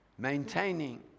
Maintaining